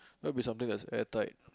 that will be something that is airtight